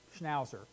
Schnauzer